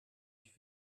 ich